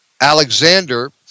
Alexander